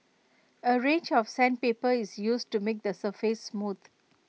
A range of sandpaper is used to make the surface smooth